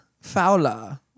Fowler